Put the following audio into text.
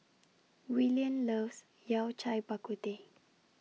Willian loves Yao Cai Bak Kut Teh